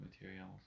materials